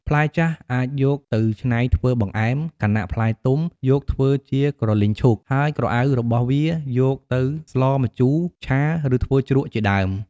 ផ្លែចាស់អាចយកទៅច្នៃធ្វើបង្អែម ខណៈផ្លែទុំយកធ្វើជាក្រលីងឈូក ហើយក្រអៅរបស់វាយកទៅស្លម្ជូរ ឆា ឬធ្វើជ្រក់ ជាដើម ។